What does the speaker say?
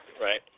Right